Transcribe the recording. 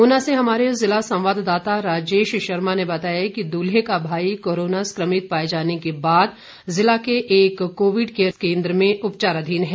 ऊना से हमारे जिला संवाददाता राजेश शर्मा ने बताया कि दूल्हे का भाई कोरोना संक्रमित पाये जाने के बाद जिला के एक कोविड केयर केंद्र में उपचारधीन है